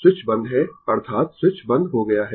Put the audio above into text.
अब स्विच बंद है अर्थात स्विच बंद हो गया है